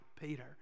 peter